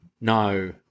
No